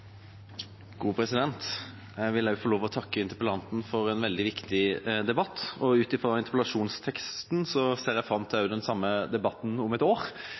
Jeg vil også få takke interpellanten for en veldig viktig debatt. Ut ifra interpellasjonsteksten ser jeg fram til den samme debatten om et år,